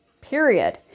period